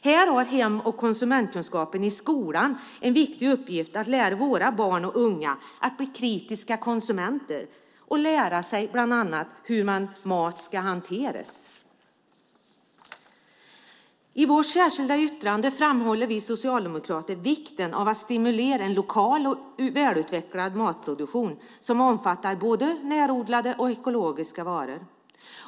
Här har hem och konsumentkunskapen i skolan viktiga uppgifter: att lära våra barn och unga att bli kritiska konsumenter och att lära dem hur mat ska hanteras. I vårt särskilda yttrande framhåller vi socialdemokrater vikten av att stimulera en lokal och välutvecklad matproduktion som omfattar både närodlade och ekologiska varor.